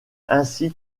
ainsi